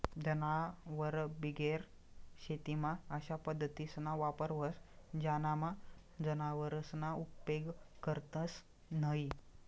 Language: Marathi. जनावरबिगेर शेतीमा अशा पद्धतीसना वापर व्हस ज्यानामा जनावरसना उपेग करतंस न्हयी